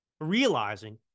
realizing